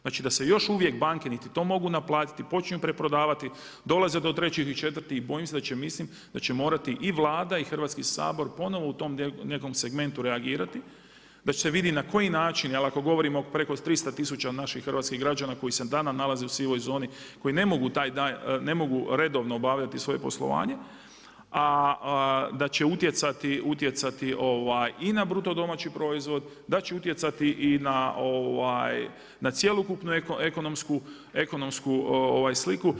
Znači da se još uvijek banke, niti to mogu naplatiti, počinju preprodavati, dolaze do trećih i četvrtih, mislim da će morati i Vlada i Hrvatski sabor ponovno u tom nekom segmentu reagirati, već se vidi na koji način, jer ako govorimo preko 300 tisuća naših hrvatskih građana koji se i danas nalaze u sivoj zoni, koji ne mogu redovno obavljati svoje poslovanje, a da će utjecati i na BDP, da će utjecati i na cjelokupnu ekonomsku sliku.